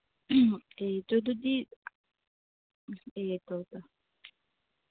ꯑꯦ ꯇꯨꯗꯨꯗꯤ ꯑꯦ ꯇꯧꯕ꯭ꯔꯥ